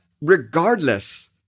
regardless